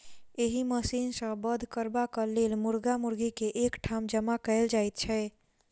एहि मशीन सॅ वध करबाक लेल मुर्गा मुर्गी के एक ठाम जमा कयल जाइत छै